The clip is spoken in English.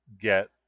get